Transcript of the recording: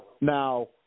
Now